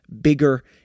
bigger